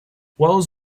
wells